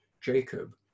Jacob